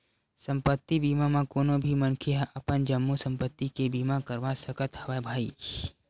संपत्ति बीमा म कोनो भी मनखे ह अपन जम्मो संपत्ति के बीमा करवा सकत हवय भई